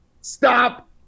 Stop